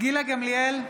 גילה גמליאל,